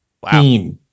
Wow